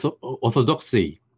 orthodoxy